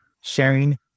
sharing